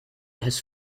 has